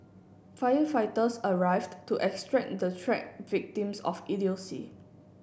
firefighters arrived to extract the trap victims of idiocy